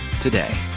today